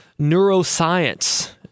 neuroscience